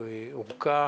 ארכה,